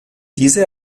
diese